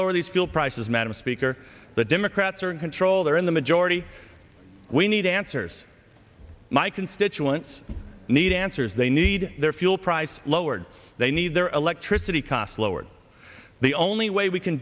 lower these fuel prices madam speaker the democrats are in control they're in the majority we need answers my constituents need answers they need their fuel price lowered they need their electricity costs lowered the only way we can